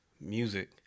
music